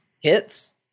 hits